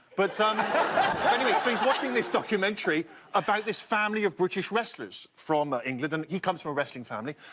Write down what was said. but um anyway watching this documentary about this family of british wrestlers from ah england and he comes from a wrestling family.